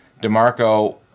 DeMarco